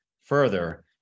Further